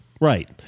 Right